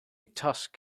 tusk